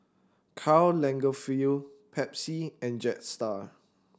Karl Lagerfeld Pepsi and Jetstar